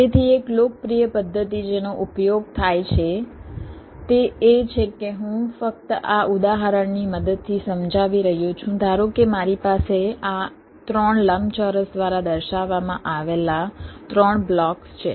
તેથી એક લોકપ્રિય પદ્ધતિ જેનો ઉપયોગ થાય છે તે એ છે કે હું ફક્ત આ ઉદાહરણની મદદથી સમજાવી રહ્યો છું ધારો કે મારી પાસે આ 3 લંબચોરસ દ્વારા દર્શાવવામાં આવેલા 3 બ્લોક્સ છે